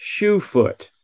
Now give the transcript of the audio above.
Shoefoot